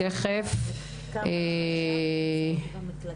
כמה יש היום במקלטים?